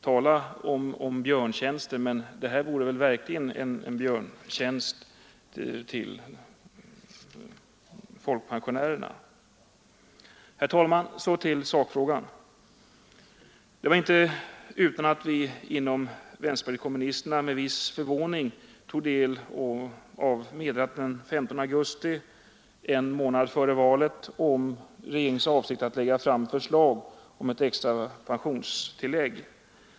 Tala om björntjänster; att genomföra det förslaget vore verkligen en björntjänst åt folkpensionärerna. Herr talman! Så till sakfrågan. Det var inte utan att vi inom vänsterpartiet kommunisterna med viss förvåning tog del av meddelandet den 15 augusti — en månad före valet — om regeringens avsikt att lägga fram förslag om ett extra pensionstillägg.